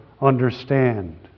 understand